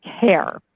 care